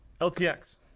LTX